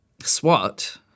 SWAT